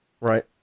Right